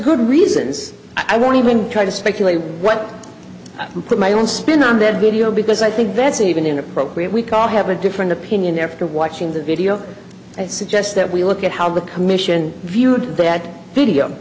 reasons i won't even try to speculate what put my own spin on that video because i think that's an even inappropriate we call have a different opinion after watching the video suggests that we look at how the commission viewed that video